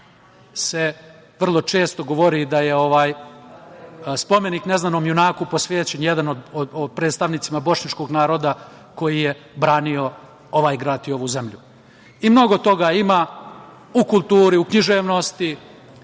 se vrlo često govori da je ovaj spomenik „Neznanom junaku“ posvećen jednom od predstavnika Bošnjačkog naroda koji je branio ovaj grad i ovu zemlju. Mnogo toga ima u kulturi, u književnosti